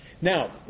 Now